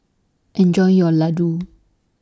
Enjoy your Ladoo